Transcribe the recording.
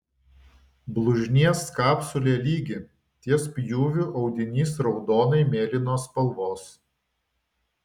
blužnies kapsulė lygi ties pjūviu audinys raudonai mėlynos spalvos